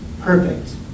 Perfect